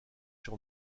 sur